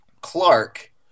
Clark